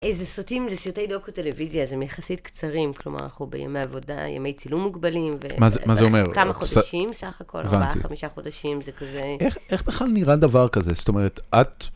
איזה סרטים? זה סרטי דוקו-טלוויזיה, אז הם יחסית קצרים, כלומר, אנחנו בימי עבודה, ימי צילום מוגבלים. מה זה אומר? כמה חודשים, סך הכול, 4-5 חודשים, זה כזה... איך בכלל נראה דבר כזה? זאת אומרת, את...